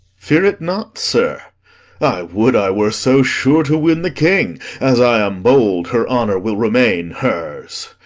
fear it not, sir i would i were so sure to win the king as i am bold her honour will remain hers.